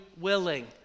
willing